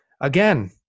again